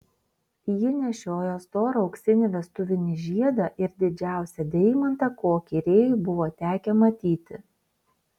ji nešiojo storą auksinį vestuvinį žiedą ir didžiausią deimantą kokį rėjui buvo tekę matyti